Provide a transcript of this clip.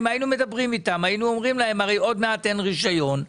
היינו מדברים איתם ואומרים להם שעוד מעט אין רישיון,